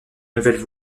nouvelles